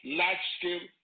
large-scale